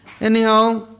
Anyhow